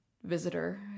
Visitor